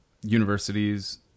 universities